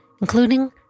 including